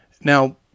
Now